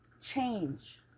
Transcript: change